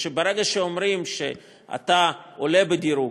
ברגע שאומרים שאתה עולה בדירוג,